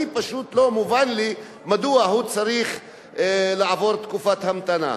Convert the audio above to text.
לא מובן לי מדוע הוא צריך לעבור תקופת המתנה.